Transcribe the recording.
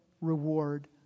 reward